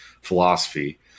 philosophy